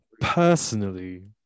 personally